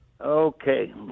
Okay